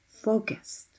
focused